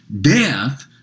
death